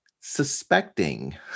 suspecting